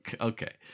Okay